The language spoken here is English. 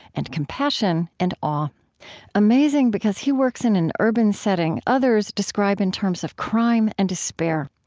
and compassion and awe awe amazing, because he works in an urban setting others describe in terms of crime and despair.